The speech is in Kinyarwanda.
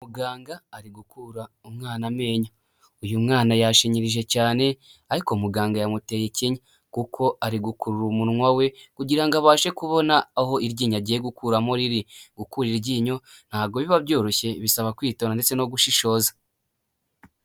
Muganga ari gukura umwana amenyo uyu mwana yashinyirije cyane ariko muganga yamuteye ikinya kuko ari gukurura umunwa we kugira ngo abashe kubona aho iryinyo agiye gukuramo riri, gukurira iryinyo ntago biba byoroshye bisaba kwitonda ndetse no gushishoza.